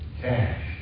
cash